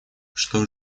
что